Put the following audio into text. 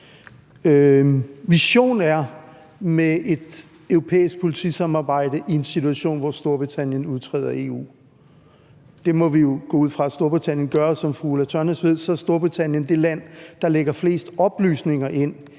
vision er med et europæisk politisamarbejde i en situation, hvor Storbritannien udtræder af EU. Det må vi jo gå ud fra Storbritannien gør, og som Ulla Tørnæs ved, er Storbritannien det land, der lægger flest oplysninger ind